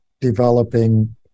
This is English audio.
developing